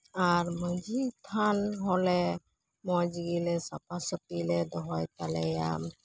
ᱟᱨ ᱢᱟᱹᱡᱷᱤ ᱛᱷᱟᱱ ᱦᱚᱸᱞᱮ ᱢᱚᱡᱽ ᱜᱮᱞᱮ ᱥᱟᱯᱷᱟᱥᱟᱹᱯᱷᱤᱞᱮ ᱫᱚᱦᱚᱭ ᱛᱟᱞᱮᱭᱟ